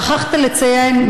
שכחת לציין,